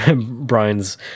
Brian's